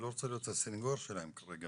אני לא רוצה להיות הסנגור שלהם כרגע,